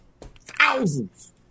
thousands